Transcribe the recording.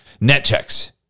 NetChecks